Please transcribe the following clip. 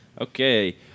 Okay